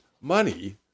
money